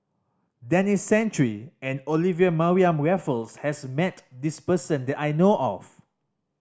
Denis Santry and Olivia Mariamne Raffles has met this person that I know of